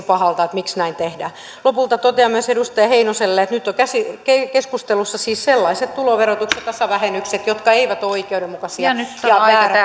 pahalta miksi näin tehdään lopulta totean myös edustaja heinoselle että nyt ovat keskustelussa siis sellaiset tuloverotuksen tasavähennykset jotka eivät ole oikeudenmukaisia ja